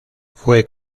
fue